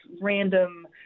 random